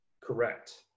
Correct